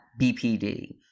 BPD